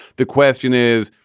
the question is,